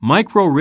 Micro